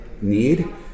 need